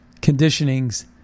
conditionings